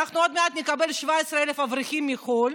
עוד מעט נקבל 17,000 אברכים מחו"ל,